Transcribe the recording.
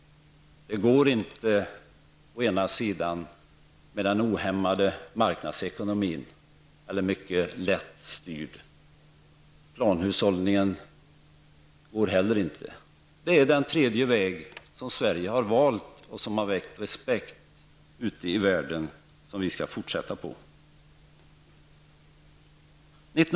Det går å ena sidan inte med en ohämmad marknadsekonomi, som mycket lätt kan styras, å andra sidan inte heller med planhushållning. Det är den tredje vägen, som Sverige har valt och som har väckt respekt ute i världen, som vi skall fortsätta på.